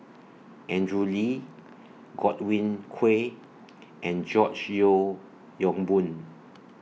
Andrew Lee Godwin Koay and George Yeo Yong Boon